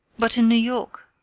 but in new york.